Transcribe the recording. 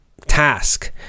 task